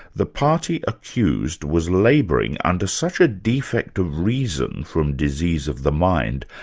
the party accused was labouring under such a defect of reason from disease of the mind,